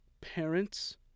parents